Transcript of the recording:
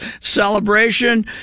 celebration